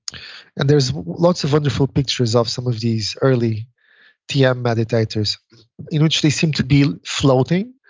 and there's lots of wonderful pictures of some of these early tm meditators in which they seem to be floating.